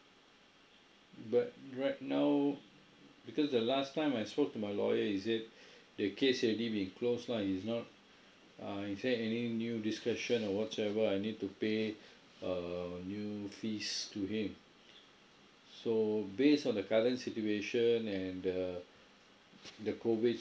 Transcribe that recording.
but right now because the last time I spoke to my lawyer he said the case already been closed lah he's not uh he said any new discussion or whatsoever I need to pay err new fees to him so based on the current situation and the the COVID